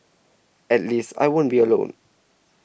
at least I won't be alone